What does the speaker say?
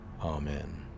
amen